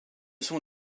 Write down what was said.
sont